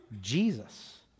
Jesus